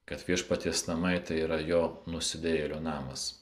kad viešpaties namai tai yra jo nusidėjėlio namas